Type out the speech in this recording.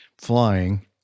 flying